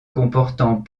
comportant